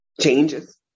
changes